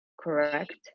correct